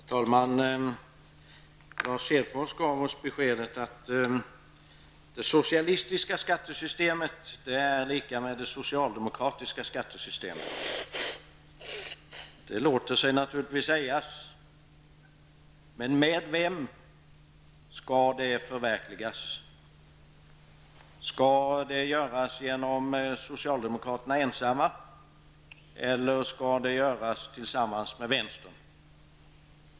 Herr talman! Lars Hedfors gav oss beskedet att det socialistiska skattesystemet är lika med det socialdemokratiska skattesystemet. Det låter sig naturligtvis sägas. Men med vem skall detta system förverkligas? Skall socialdemokraterna ensamma göra detta eller tillsammans med vänstern?